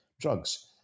drugs